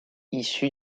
issu